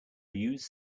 use